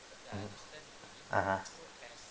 mmhmm (uh huh)